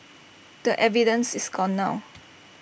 the evidence is gone now